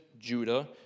Judah